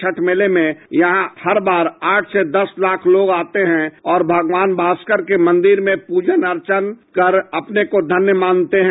छठ मेले में यहां हर बार आठ से दस लाख लोग आते हैं और भगवान भास्कर के मंदिर में पूजन अर्चन कर अपने को धन्य मानते हैं